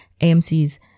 AMC's